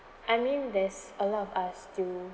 I mean there's a lot of us to